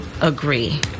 agree